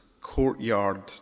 courtyard